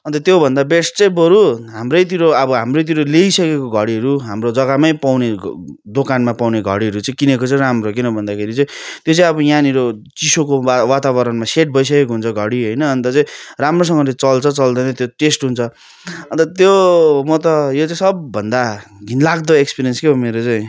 अन्त त्यो भन्दा बेस्ट चाहिँ बरु हाम्रैतिर अब हाम्रैतिर ल्याइसकेको घडीहरू हाम्रो जगामै पाउने दोकानमा पाउने घडीहरू चाहिँ किनेको चाहिँ राम्रो किन भन्दाखेरि चाहिँ त्यो चाहिँ अब यहाँनिर चिसोको वा वातावरणमा सेट भइसकेको हुन्छ घडी होइन अन्त चाहिँ राम्रोसँगले चल्छ चल्दैन त्यो टेस्ट हुन्छ अन्त त्यो म त यो चाहिँ सबभन्दा घिन लाग्दो एक्सपिरियन्स क्या मेरो चाहिँ